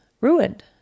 ruined